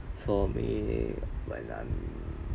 for me my lunch